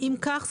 אם כך,